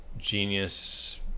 genius